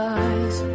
eyes